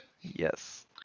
Yes